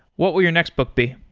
what will your next book be?